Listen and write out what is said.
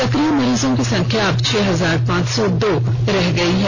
सकिय मरीजों की संख्या अब छह हजार पांच सौ दो रह गई है